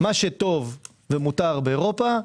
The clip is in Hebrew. מה שטוב ומותר באירופה,